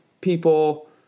people